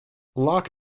locke